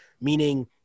meaning